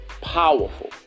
Powerful